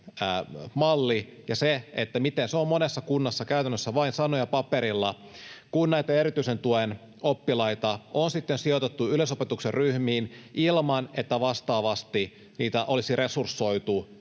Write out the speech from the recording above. malli ja se, miten se on monessa kunnassa käytännössä vain sanoja paperilla, kun näitä erityisen tuen oppilaita on sitten sijoitettu yleisopetuksen ryhmiin ilman että vastaavasti niitä olisi resursoitu